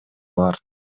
бар